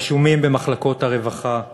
רשומים במחלקות הרווחה.